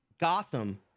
Gotham